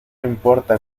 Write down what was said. importa